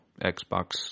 Xbox